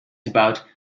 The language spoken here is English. about